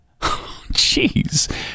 jeez